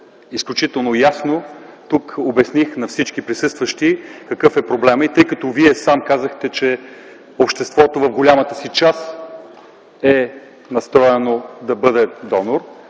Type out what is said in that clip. изключително ясно тук обясних на всички присъстващи какъв е проблемът. И тъй като Вие сам казахте, че обществото в голямата си част е настроено да бъде донор,